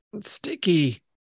sticky